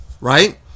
right